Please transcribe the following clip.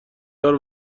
دار